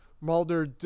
Mulder